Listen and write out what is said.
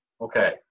okay